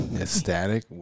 Ecstatic